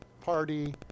party